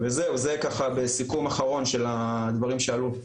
וזהו זה ככה בסיכום אחרון של הדברים שעלו.